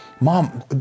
mom